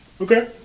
Okay